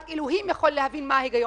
רק אלוהים יכול להבין מה ההיגיון.